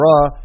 Raw